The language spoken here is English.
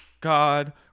god